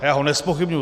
A já ho nezpochybňuji.